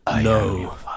No